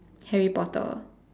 Harry potter